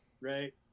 right